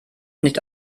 nicht